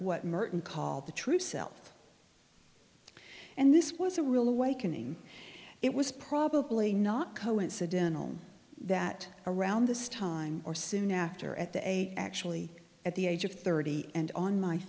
what merton called the true self and this was a real awakening it was probably not coincidental that around this time or soon after at the age actually at the age of thirty and on my